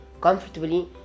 comfortably